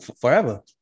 forever